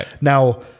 Now